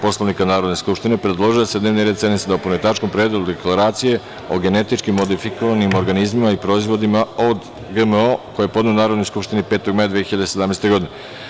Poslovnika Narodne skupštine, predložio je da se dnevni red sednice dopuni tačkom – Predlog deklaracije o genetički modifikovanim organizmima i proizvodima od GMO, koji je podneo Narodnoj skupštini 5. maja 2017. godine.